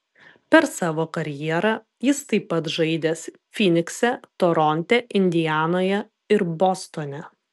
per savo karjerą jis taip pat žaidęs fynikse toronte indianoje ir bostone